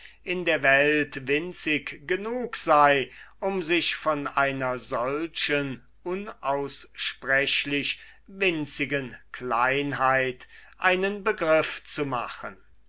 in der welt winzig genug sei sich von einer solchen unaussprechlich winzigen kleinheit einen begriff zu machen